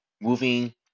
Moving